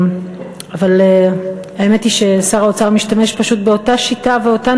אבל האמת היא ששר האוצר משתמש פשוט באותה שיטה ובאותן